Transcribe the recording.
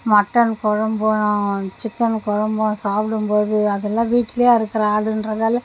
mutton குழம்பும் chicken குழம்பும் சாப்பிடும் போது அதெல்லாம் வீட்லே அறுக்கிற ஆடுன்றதால